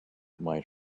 might